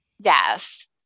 Yes